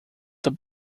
the